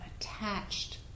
attached